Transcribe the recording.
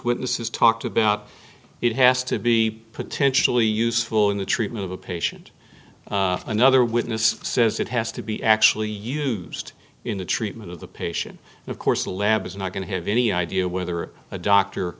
witnesses talked about it has to be potentially useful in the treatment of a patient another witness says it has to be actually used in the treatment of the patient and of course the lab is not going to have any idea whether a doctor